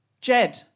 Jed